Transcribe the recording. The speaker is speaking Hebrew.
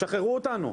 תשחררו אותנו.